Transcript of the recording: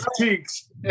cheeks